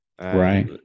right